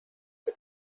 had